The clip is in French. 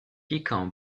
piquants